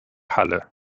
halle